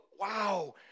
wow